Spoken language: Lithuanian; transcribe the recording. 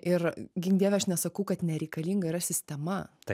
ir gink dieve aš nesakau kad nereikalinga yra sistema